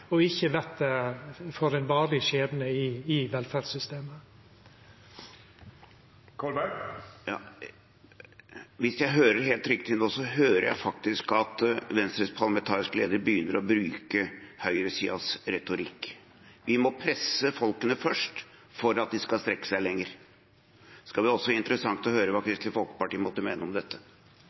og ikkje får ein varig skjebne i velferdssystemet. Hvis jeg hører helt riktig nå, så hører jeg faktisk at Venstres parlamentariske leder begynner å bruke høyresidens retorikk. Vi må presse folk først – for at de skal strekke seg lenger. Det skal også bli interessant å høre hva Kristelig Folkeparti måtte mene om dette.